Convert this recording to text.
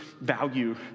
value